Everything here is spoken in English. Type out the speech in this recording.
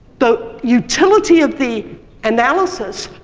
the utility of the analysis,